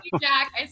Jack